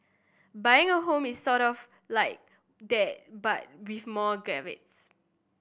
buying a home is sort of like that but with more caveats